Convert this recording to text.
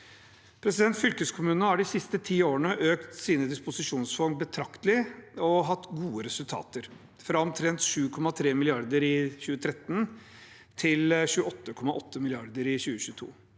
effekt. Fylkeskommunene har de siste ti årene økt sine disposisjonsfond betraktelig og hatt gode resultater, fra omtrent 7,3 mrd. kr i 2013 til 28,8 mrd. kr i 2022.